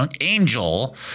angel